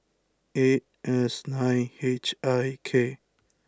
eight S nine H I K